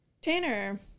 Tanner